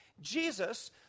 Jesus